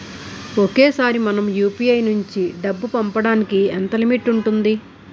ఒకేసారి మనం యు.పి.ఐ నుంచి డబ్బు పంపడానికి ఎంత లిమిట్ ఉంటుంది?